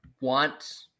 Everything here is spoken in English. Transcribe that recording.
Want